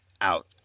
out